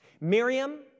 Miriam